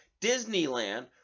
disneyland